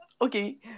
Okay